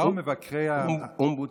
אומבודסמן.